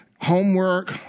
homework